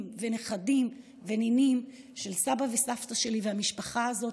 ונכדים ונינים של סבא וסבתא שלי והמשפחה הזאת,